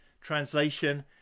translation